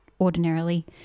ordinarily